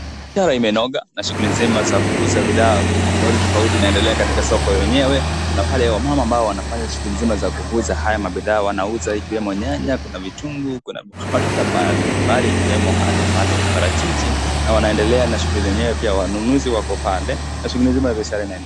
Biashara imenoga na shughuli nzima za kuuza bidhaa tofauti tofauti zinaendelea katika soko yenyewe, kuna pale wamama ambao wanafanya shughuli nzima za kuuza haya mabidhaa. Wanauza ikiwemo nyanya, kuna vitunguu, kuna matunda aina mbalimbali ikiwemo hata pale parachichi na wanaendelea na shughuli zenyewe, pia wanunuzi wako pale na shughuli nzima za biashara inaendelea.